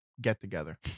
get-together